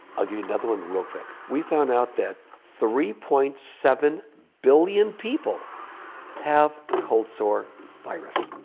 i'll give you another one real quick. we found out that three point seven billion people have the cold sore virus.